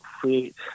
create